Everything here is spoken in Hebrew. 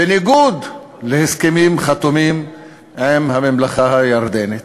בניגוד להסכמים חתומים עם הממלכה הירדנית.